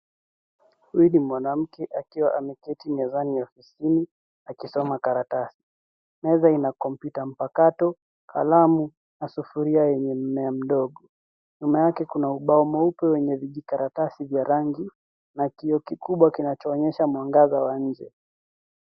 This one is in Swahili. Huyu ni mwanamke akiwa ameketi mezani ofisini, akisoma karatasi .Meza ina komputa mpakato , kalamu na sufuria yenye mmea mdogo. Nyuma yake kuna ubao mweupe wenye vijikaratasi vya rangi , na kioo kikubwa kinachoonyesha mwangaza wa nje.